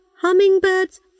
Hummingbirds